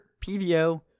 PVO